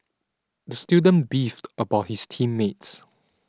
the student beefed about his team mates